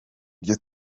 iryo